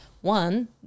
one